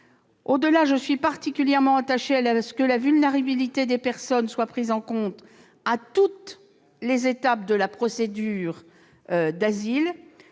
je suis particulièrement attachée à ce que la vulnérabilité des personnes soit prise en compte à toutes les étapes de la procédure d'asile.